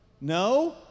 No